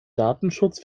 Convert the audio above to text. datenschutz